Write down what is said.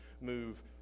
move